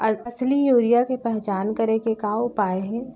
असली यूरिया के पहचान करे के का उपाय हे?